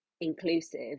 inclusive